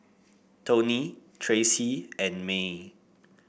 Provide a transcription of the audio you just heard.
Tony Tracy and Maye